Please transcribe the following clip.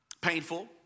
Painful